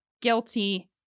guilty